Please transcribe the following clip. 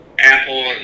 apple